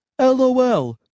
LOL